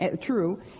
true